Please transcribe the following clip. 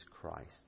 Christ